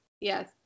Yes